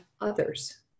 others